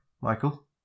Michael